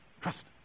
Trust